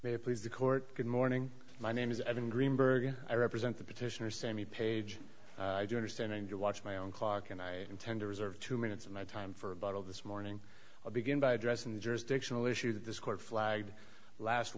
it please the court good morning my name is evan greenberg and i represent the petitioner sammy page i do understand and you watch my own clock and i intend to reserve two minutes of my time for about all this morning i'll begin by addressing the jurisdictional issue that this court flagged last